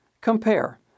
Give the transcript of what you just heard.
Compare